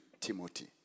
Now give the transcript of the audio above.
Timothy